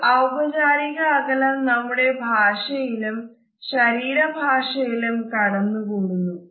ഒരു ഔപചാരിക അകലം നമ്മുടെ ഭാഷയിലും ശരീര ഭാഷയിലും കടന്നു കൂടുന്നു